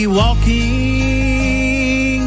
walking